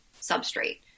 substrate